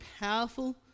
powerful